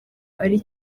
ari